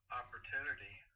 opportunity